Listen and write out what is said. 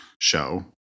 show